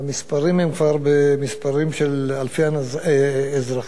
והמספרים הם כבר מספרים של אלפי אזרחים,